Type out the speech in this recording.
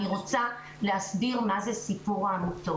אני רוצה להסביר מה זה סיפור העמותות.